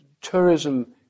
tourism